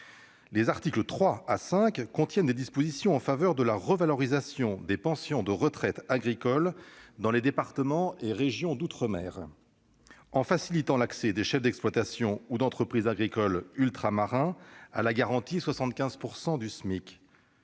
les articles 3 à 5 contiennent des dispositions en faveur de la revalorisation des pensions des retraites agricoles dans les départements et régions d'outre-mer, en facilitant l'accès des chefs d'exploitation ou d'entreprise agricole ultramarins à la garantie « 75 % du SMIC